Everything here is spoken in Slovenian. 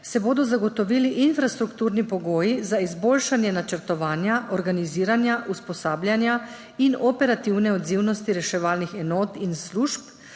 se bodo zagotovili infrastrukturni pogoji za izboljšanje načrtovanja, organiziranja, usposabljanja in operativne odzivnosti reševalnih enot in služb,